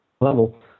level